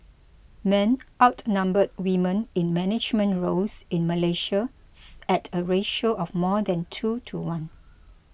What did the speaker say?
men outnumber women in management roles in Malaysia's at a ratio of more than two to one